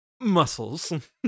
muscles